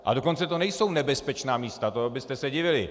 A dokonce to nejsou nebezpečná místa, to byste se divili!